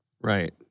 Right